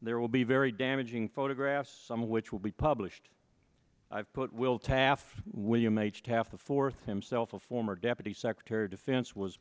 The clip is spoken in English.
there will be very damaging photographs some of which will be published i put will task william h half the fourth himself a former deputy secretary of defense was